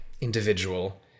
individual